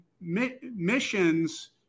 missions